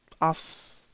off